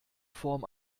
form